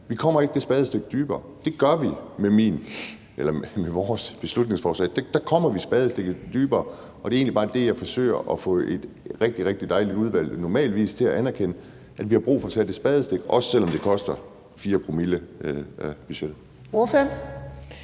Vi kommer ikke det spadestik dybere. Det gør vi med vores beslutningsforslag. Der kommer vi spadestikket dybere, og det er egentlig bare det, jeg forsøger at få et normalvis rigtig, rigtig dejligt udvalg til at anerkende: Vi har brug for at tage det spadestik, også selv om det koster 0,004 promille af